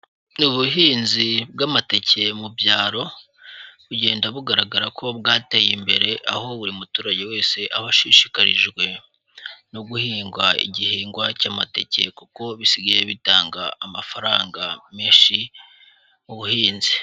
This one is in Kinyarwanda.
Ubuhinzi bw'amateke mu byaro, bugenda bugaragara ko bwateye imbere aho buri muturage wese aba ashishikarijwe no guhingwa igihingwa cy'amateke kuko bisigaye bitanga amafaranga menshi mu buhinzi.